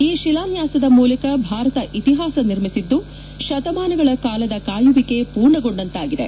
ಈ ಶಿಲಾನ್ಯಾಸದ ಮೂಲಕ ಭಾರತ ಇತಿಹಾಸ ನಿರ್ಮಿಸಿದ್ದು ಶತಮಾನಗಳ ಕಾಲದ ಕಾಯುವಿಕೆ ಮೂರ್ಣಗೊಂಡಂತಾಗಿದೆ